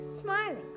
smiling